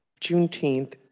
Juneteenth